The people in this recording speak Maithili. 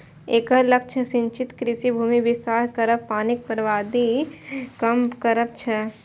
एकर लक्ष्य सिंचित कृषि भूमिक विस्तार करब, पानिक बर्बादी कम करब छै